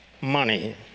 money